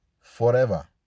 forever